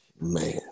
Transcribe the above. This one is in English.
Man